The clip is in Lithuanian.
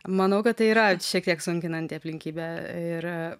manau kad tai yra šiek tiek sunkinanti aplinkybė ir